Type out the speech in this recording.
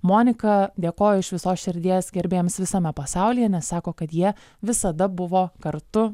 moniką dėkoja iš visos širdies gerbėjams visame pasaulyje nes sako kad jie visada buvo kartu